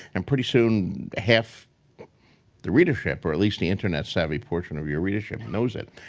and pretty soon, half the readership, or at least the internet savvy portion of your readership, knows it.